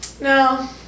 No